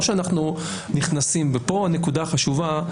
כאן הנקודה החשובה.